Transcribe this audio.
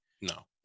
no